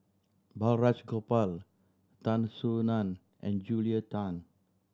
Balraj Gopal Tan Soo Nan and Julia Tan